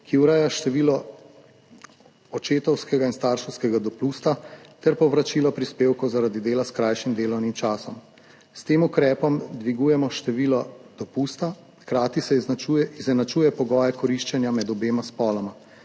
ki ureja število [dni] očetovskega in starševskega dopusta ter povračilo prispevkov zaradi dela s krajšim delovnim časom. S tem ukrepom dvigujemo število [dni] dopusta, hkrati se izenačuje pogoje koriščenja med obema spoloma.